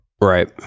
Right